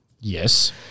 Yes